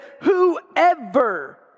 whoever